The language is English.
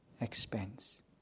expense